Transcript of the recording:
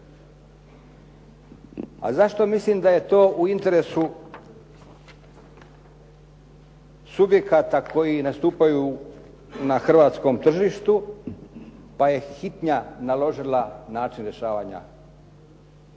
A zašto mislim da je to u interesu subjekata koji nastupaju na hrvatskom tržištu pa je …/Govornik se ne razumije./… naložila način rješavanja